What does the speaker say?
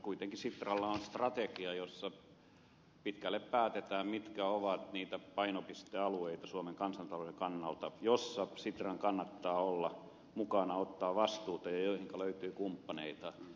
kuitenkin sitralla on strategia jossa pitkälle päätetään mitkä ovat niitä painopistealueita suomen kansantalouden kannalta joissa sitran kannattaa olla mukana ottaa vastuuta ja joihinka löytyy kumppaneita